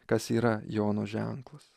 kas yra jono ženklas